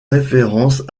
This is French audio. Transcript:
référence